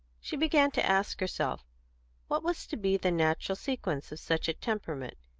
she began to ask herself what was to be the natural sequence of such a temperament,